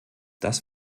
das